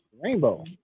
Rainbow